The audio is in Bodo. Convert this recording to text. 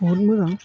बहुद मोजां